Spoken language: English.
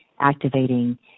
activating